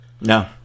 no